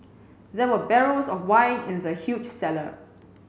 there were barrels of wine in the huge cellar